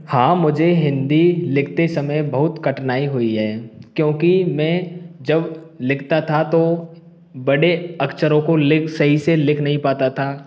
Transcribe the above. हाँ मुझे हिंदी लिखते समय बहुत कठिनाई हुई है क्योंकि मैं जब लिखता था तो बड़े अक्षरों को लिख सही से लिख नहीं पाता था